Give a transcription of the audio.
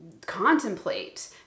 contemplate